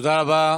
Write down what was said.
תודה רבה.